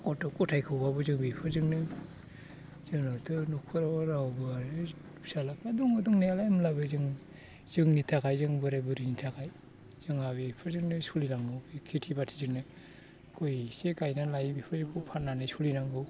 गथ' गथाइखौबो जों बेफोरजोंनो जोंनाथ' न'खराव रावबोआनो फिसाज्लाफ्रा दङ दंनायालाय होनब्लाबो जों जोंनि थाखाय जों बोराइ बुरैनि थाखाय जोंहा बेफोरजोंनो सोलि लांनांगौ बे खिथि बाथिजोंनो गय इसे गायनानै लायो बेखौरखौ फान्नानै सोलिनांगौ